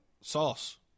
sauce